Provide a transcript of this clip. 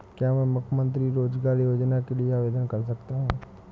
क्या मैं मुख्यमंत्री रोज़गार योजना के लिए आवेदन कर सकता हूँ?